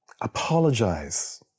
apologize